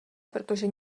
protože